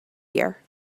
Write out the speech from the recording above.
year